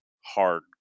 hard